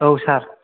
औ सार